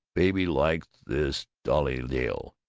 baby likes this dollydale,